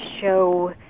show